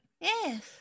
Yes